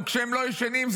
כשהם לא ישנים,